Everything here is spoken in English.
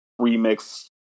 remix